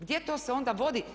Gdje to sve onda vodi?